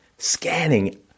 scanning